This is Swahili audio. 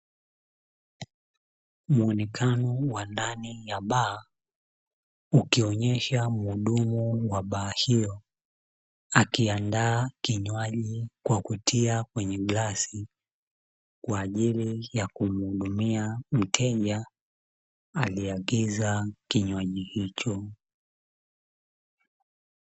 Muonekano wa ndani ya baa ukionyesha mhudumu wa baa hiyo akiandaa kinywaji kwa kutia kwenye glasi kwa ajili ya kumuhudumia mteja alie agiza kinywaji hicho.